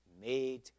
made